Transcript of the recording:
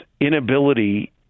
inability